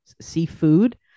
seafood